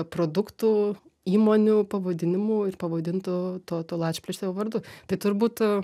produktų įmonių pavadinimų ir pavadintų to to lačplėsio vardu tai turbūt